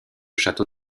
château